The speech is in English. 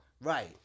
right